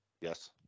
yes